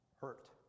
hurt